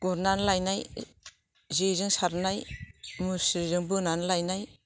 गुरनानै लायनाय जेजों सारनाय मुसारिजों बोनानै लायनाय